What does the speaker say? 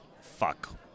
fuck